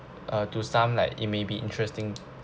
uh to some like it may be interesting